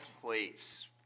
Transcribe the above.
plates